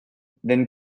then